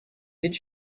did